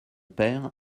père